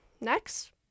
next